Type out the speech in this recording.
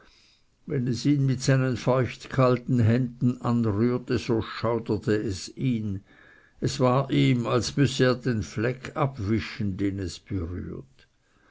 wenn es ihn mit seinen feuchtkalten händen anrührte so schauderte es ihn es war ihm als müsse er den fleck abwischen den es berührt